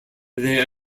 they